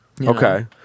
Okay